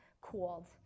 called